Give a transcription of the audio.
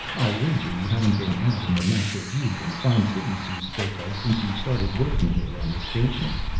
i'll wager you haven't been out in the natural beauty and fine cities you spoke of since you started working here on the station.